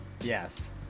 Yes